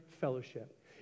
fellowship